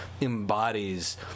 embodies